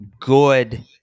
good